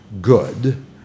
good